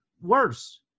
worse